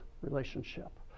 relationship